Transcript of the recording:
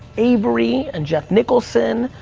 avery and jeff nicholson,